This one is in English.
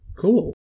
Cool